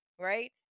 Right